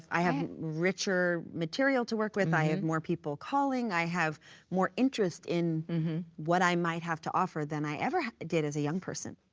i have richer material to work with. i have more people calling. i have more interest in what i might have to offer than i ever did as a young person,